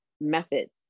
methods